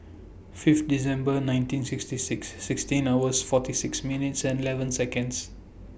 five December nineteen sixty six sixteen hours forty six minutes and eleven Seconds